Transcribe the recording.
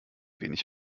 wenig